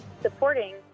supporting